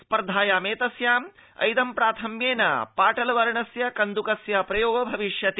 स्पर्धायामस्याम् ऐदम्प्राथम्येन पाटलवर्णस्य कन्दुकस्य प्रयोगो भविष्यति